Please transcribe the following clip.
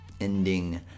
ending